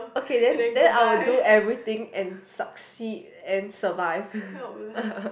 okay then then I will do everything and succeed and survive